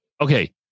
okay